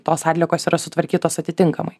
tos atliekos yra sutvarkytos atitinkamai